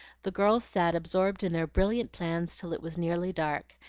the girls sat absorbed in their brilliant plans till it was nearly dark,